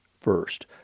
first